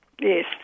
Yes